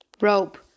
rope